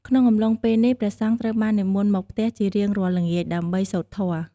ក្នុងអំឡុងពេលនេះ ព្រះសង្ឃត្រូវបាននិមន្តមកផ្ទះជារៀងរាល់ល្ងាច ដើម្បីសូត្រធម៌។